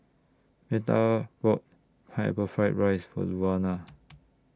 Meta bought Pineapple Fried Rice For Luana